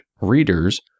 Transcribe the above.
readers